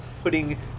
putting